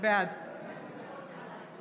בעד רות